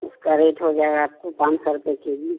उसका रेट हो जाएगा आपको पाँच सौ रुपए के जी